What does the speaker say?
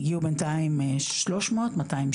הגיעו בינתיים 300-260,